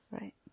Right